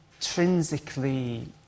intrinsically